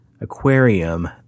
aquarium